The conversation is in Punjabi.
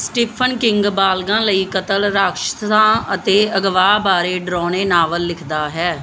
ਸਟੀਫਨ ਕਿੰਗ ਬਾਲਗਾਂ ਲਈ ਕਤਲ ਰਾਖਸ਼ਾਂ ਅਤੇ ਅਗਵਾ ਬਾਰੇ ਡਰਾਉਣੇ ਨਾਵਲ ਲਿਖਦਾ ਹੈ